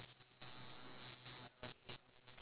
uh !wah! you got one or two ah err one